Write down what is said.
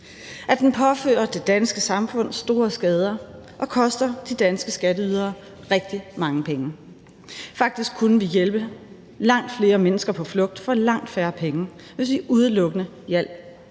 at den påfører det danske samfund store skader og koster de danske skatteydere rigtig mange penge. Faktisk kunne vi hjælpe langt flere mennesker på flugt for langt færre penge, hvis vi udelukkende hjalp